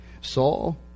Saul